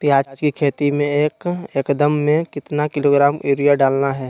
प्याज की खेती में एक एकद में कितना किलोग्राम यूरिया डालना है?